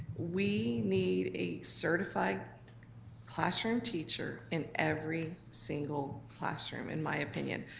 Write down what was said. we need a certified classroom teacher in every single classroom, in my opinion.